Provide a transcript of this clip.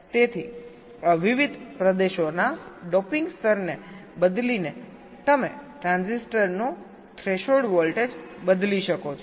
તેથી વિવિધ પ્રદેશોના ડોપિંગ સ્તરને બદલીને તમે ટ્રાન્ઝિસ્ટરનું થ્રેશોલ્ડ વોલ્ટેજ બદલી શકો છો